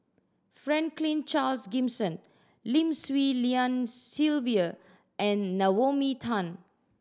Franklin Charles Gimson Lim Swee Lian Sylvia and Naomi Tan